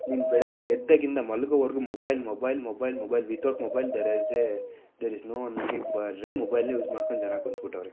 ನೀನು ಬೆಳಿಗ್ಗೆ ಎದ್ದಾಗಿಂದ ಮಲಗೋವರೆಗು mobile mobile mobile mobile without mobile there is a there is no need ಬರೀ ಮೊಬೈಲನೇ ಯೂಸ್ ಮಾಡ್ಕೊಂಡು ಜನ ಕುಂತುಬಿಟ್ಟವ್ರೆ